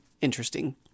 interesting